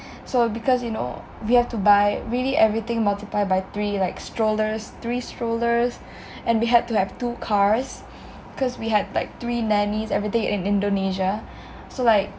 so because you know we have to buy really everything multiplied by three like strollers three strollers and we had to have two cars because we had like three nannies everyday in indonesia so like